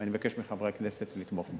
ואני מבקש מחברי הכנסת לתמוך בה.